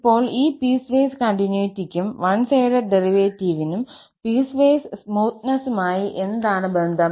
ഇപ്പോൾ ഈ പീസ്വൈസ് കണ്ടിന്യൂറ്റിക്കും വൺ സൈഡഡ് ഡെറിവേറ്റീവിനും പീസ്വൈസ് സ്മൂത്തനെസ്സുമായി എന്താണ് ബന്ധം